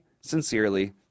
Sincerely